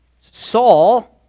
Saul